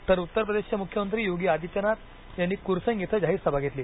तर उत्तर प्रदेशचे मुख्यमंत्री योगी आदित्यनाथ यांनी कुर्सेंग इथं जाहीर सभा घेतली